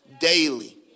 daily